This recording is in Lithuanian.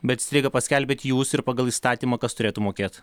bet streiką paskelbėte jūs ir pagal įstatymą kas turėtų mokėt